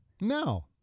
No